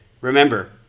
Remember